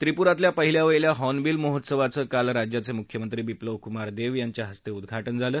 त्रिपुरातल्या पहिल्यावहिल्या हॉर्नबिल महोत्सवाचं काल राज्याचे मुख्यमंत्री बिप्लव कुमार देव यांच्या हस्ते उद्घाटन झालं